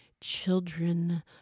children